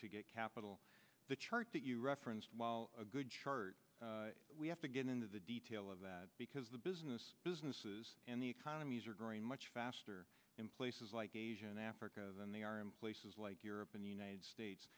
to get capital the chart that you referenced while a good chart we have to get into the detail of that because the business businesses and the economies are growing much faster in places like asia and africa than they are in places like europe and the united states